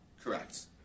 Correct